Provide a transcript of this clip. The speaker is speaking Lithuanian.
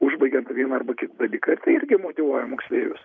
užbaigiant vieną arba kitą dalyką ir tai irgi motyvuoja moksleivius